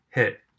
Hit